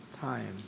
time